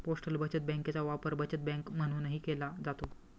postal बचत बँकेचा वापर बचत बँक म्हणूनही केला जातो